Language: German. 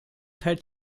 teilt